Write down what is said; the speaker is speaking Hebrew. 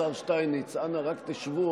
השר שטייניץ, אנא, רק תשבו.